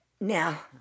Now